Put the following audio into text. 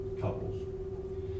couples